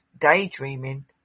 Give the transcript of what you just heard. daydreaming